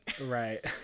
Right